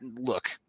Look